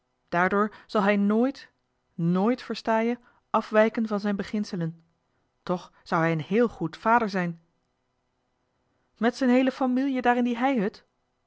daardoor zal hij nooit nooit versta je afwijken van zijn beginselen toch zou hij een heel goed vaderzijn met z'en heele famielje daar in die heihut